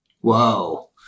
Whoa